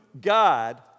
God